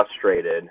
frustrated